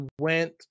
went